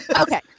Okay